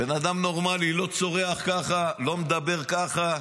בן אדם נורמלי לא צורח ככה, לא מדבר ככה.